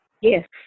Yes